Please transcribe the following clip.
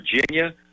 Virginia